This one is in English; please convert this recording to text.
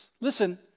listen